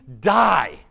die